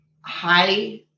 high